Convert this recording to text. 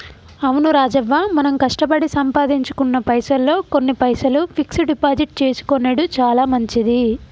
అవును రాజవ్వ మనం కష్టపడి సంపాదించుకున్న పైసల్లో కొన్ని పైసలు ఫిక్స్ డిపాజిట్ చేసుకొనెడు చాలా మంచిది